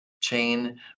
chain